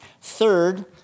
Third